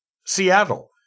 Seattle